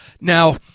Now